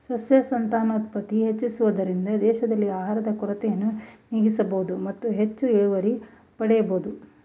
ಸಸ್ಯ ಸಂತಾನೋತ್ಪತ್ತಿ ಹೆಚ್ಚಿಸುವುದರಿಂದ ದೇಶದಲ್ಲಿ ಆಹಾರದ ಕೊರತೆಯನ್ನು ನೀಗಿಸಬೋದು ಮತ್ತು ಹೆಚ್ಚು ಇಳುವರಿ ಪಡೆಯಬೋದು